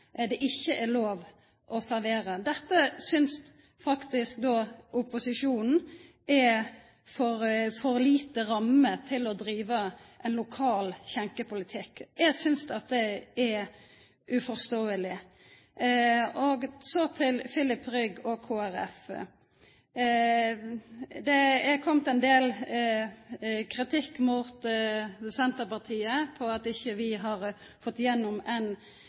det ikkje er lov å servera. Dette synest opposisjonen er for tronge rammer til å driva ein lokal skjenkjepolitikk. Eg synest det er uforståeleg. Så til Filip Rygg og Kristeleg Folkeparti. Det er komme ein del kritikk mot Senterpartiet for at vi ikkje har fått igjennom ein